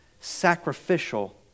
sacrificial